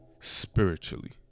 spiritually